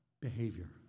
behavior